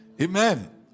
amen